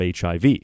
HIV